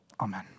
Amen